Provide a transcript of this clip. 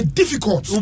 difficult